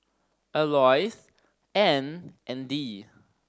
Alois Anne and Dee